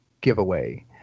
giveaway